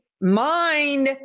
mind